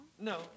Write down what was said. No